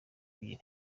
ebyiri